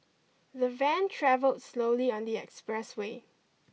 the van travelled slowly on the expressway